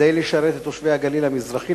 כדי לשרת את תושבי הגליל המזרחי,